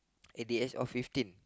at the age of fifteen